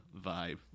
vibe